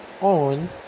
on